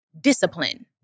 discipline